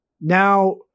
now